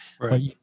Right